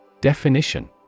Definition